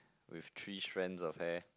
with three strands of hair